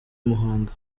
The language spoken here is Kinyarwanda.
muhanga